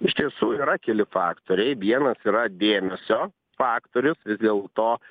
iš tiesų yra keli faktoriai vienas yra dėmesio faktorius vis dėlto